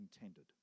intended